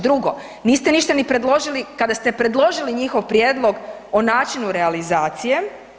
Drugo, niste ništa ni predložili kada ste predložili njihov prijedlog o načinu realizacije.